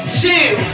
Two